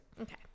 Okay